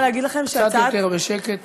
קצת יותר בשקט.